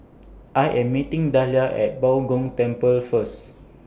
I Am meeting Dahlia At Bao Gong Temple First